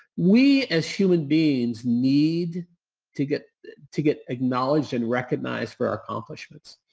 we as human beings need to get to get acknowledged and recognized for our accomplishments.